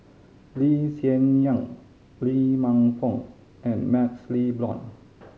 Lee Hsien Yang Lee Man Fong and MaxLe Blond